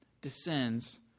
descends